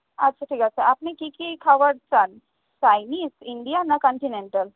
আচ্ছা ঠিক আছে আপনি কী কী খাবার চান চাইনিস ইন্ডিয়ান না কান্টিনেন্টাল